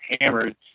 hammered